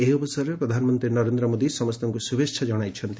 ଏହି ଅବସରରେ ପ୍ରଧାନମନ୍ତ୍ରୀ ନରେନ୍ଦ୍ର ମୋଦୀ ସମସ୍ତଙ୍କୁ ଶୁଭେଚ୍ଛା ଜଣାଇଛନ୍ତି